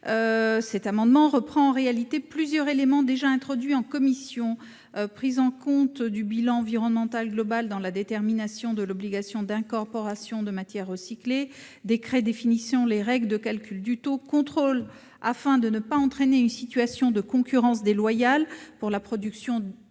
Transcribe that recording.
488 rectifié reprend en réalité plusieurs éléments déjà introduits en commission : prise en compte du bilan environnemental global dans la détermination de l'obligation d'incorporation de matière recyclée, décret définissant les règles de calcul du taux, contrôle afin de ne pas entraîner une situation de concurrence déloyale pour la production